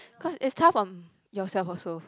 cause it's tough on yourself also